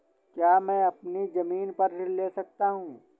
क्या मैं अपनी ज़मीन पर ऋण ले सकता हूँ?